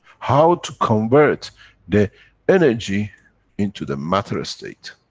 how to convert the energy into the matter-state?